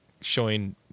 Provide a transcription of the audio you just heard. showing